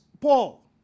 Paul